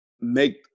make